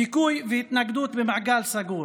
דיכוי והתנגדות במעגל סגור.